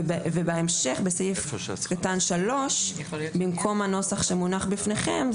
ובהמשך בסעיף קטן (3) במקום הנוסח שמונח בפניכם,